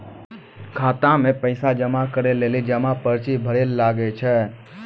खाता मे पैसा जमा करै लेली जमा पर्ची भरैल लागै छै